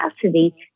capacity